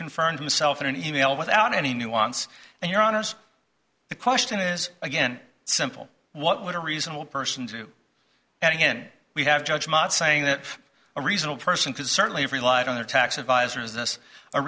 confirmed himself in an e mail without any nuance and your honour's the question is again simple what would a reasonable person do and again we have judge not saying that a reasonable person could certainly have relied on their tax advisors this a